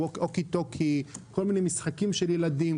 ווקי טוקי כל מיני משחקים של ילדים,